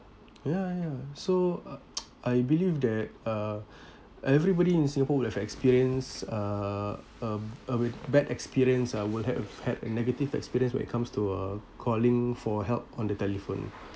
ya ya so uh I believe that uh everybody in singapore will have experience uh um uh with bad experience uh would have had a negative experience when it comes to uh calling for help on the telephone